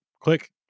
click